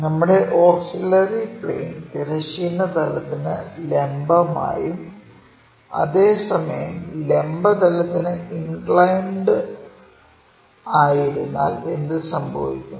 നമ്മുടെ auxiliary plane തിരശ്ചീന തലത്തിനു ലംബമായും അതെ സമയം ലംബ തലത്തിനു ഇൻക്ലൈൻഡും ആയിരുന്നാൽ എന്ത് സംഭവിക്കും